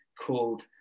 called